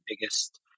biggest